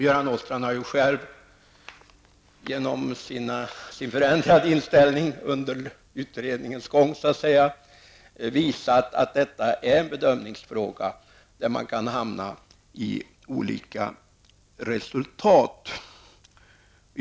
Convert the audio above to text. Göran Åstrand har ju själv genom sin förändrade inställning under utredningens gång visat att detta är en bedömningsfråga där man kan komma fram till olika resultat.